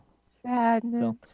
Sadness